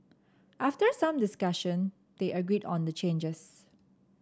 after some discussion they agreed on changes